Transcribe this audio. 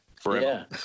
forever